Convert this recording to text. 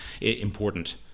important